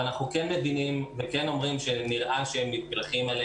אבל אנחנו כן מבינים וכן אומרים שנראה שהם --- אלינו.